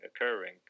occurring